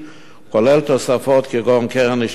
כולל תוספות כגון קרן השתלמות,